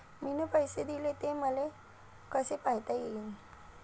मिन पैसे देले, ते मले कसे पायता येईन?